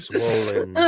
Swollen